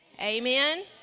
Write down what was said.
Amen